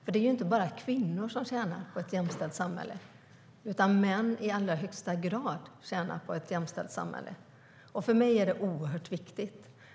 Det är ju inte bara kvinnor som tjänar på ett jämställt samhälle; män tjänar i allra högsta grad på ett jämställt samhälle. För mig är det oerhört viktigt.